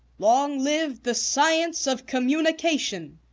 long live the science of communication!